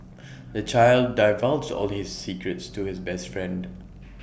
the child divulged all his secrets to his best friend